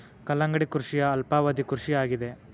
ಕಲ್ಲಂಗಡಿ ಕೃಷಿಯ ಅಲ್ಪಾವಧಿ ಕೃಷಿ ಆಗಿದೆ